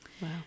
Wow